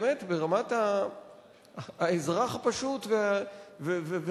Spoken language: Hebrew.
באמת ברמת האזרח הפשוט והרגיל: